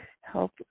help